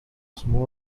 small